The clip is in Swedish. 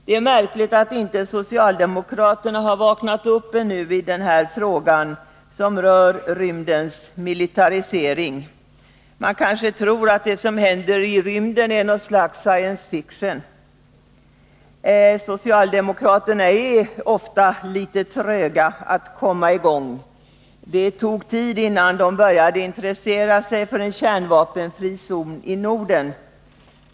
Det är märkligt att inte socialdemokraterna har vaknat upp ännu i frågan om rymdens militarisering. De kanske tror att det som händer i rymden är något slags science fiction. Socialdemokraterna är ofta litet tröga att komma i gång. Det tog tid innan de började intressera sig för en kärnvapenfri zon i Norden.